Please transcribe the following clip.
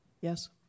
Yes